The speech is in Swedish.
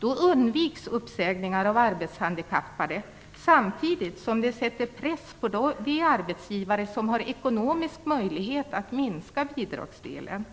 På så sätt undviks uppsägningar av arbetshandikappade, samtidigt som det sätter press på de arbetsgivare som har ekonomisk möjlighet att minska bidragsdelen.